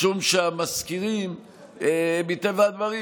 מטבע הדברים,